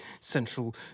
central